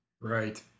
Right